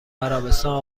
عربستان